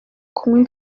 kunywa